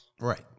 Right